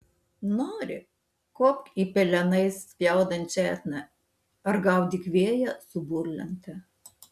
nori kopk į pelenais spjaudančią etną ar gaudyk vėją su burlente